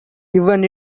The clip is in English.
given